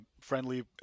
friendly